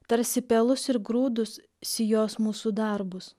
tarsi pelus ir grūdus sijos mūsų darbus